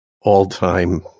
all-time